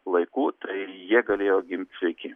laiku tai jie galėjo gimti sveiki